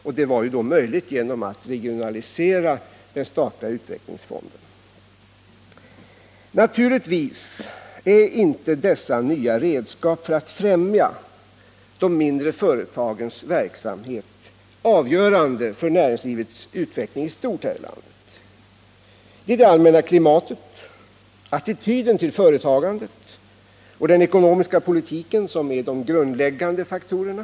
Den möjligheten åstadkoms ju genom regionaliseringen av den statliga utvecklingsfonden. Naturligtvis är inte dessa nya redskap för att främja de mindre företagens verksamhet avgörande för näringslivets utveckling i stort. Det allmänna klimatet, attityden till företagandet och den ekonomiska politiken är de grundläggande faktorerna.